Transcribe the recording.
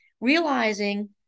realizing